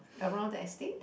around the estate